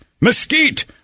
mesquite